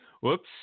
Whoops